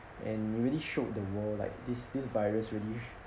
and really showed the world like this this virus really